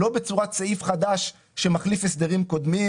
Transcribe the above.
לא בצורת סעיף חדש שמחליף הסדרים קודמים